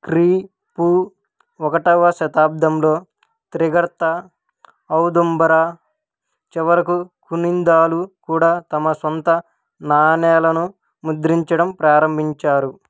క్రీ పూ ఒకటవ శతాబ్దంలో త్రిగర్త ఔదుంబరా చివరకు కునిందాలు కూడా తమ సొంత నాణేలను ముద్రించడం ప్రారంభించారు